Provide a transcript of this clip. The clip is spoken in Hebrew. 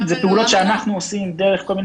זה פעולות שאנחנו עושים דרך כל מיני